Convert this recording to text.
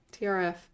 trf